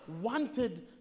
wanted